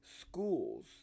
schools